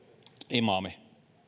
imaami